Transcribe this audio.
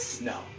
No